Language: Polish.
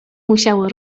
musiało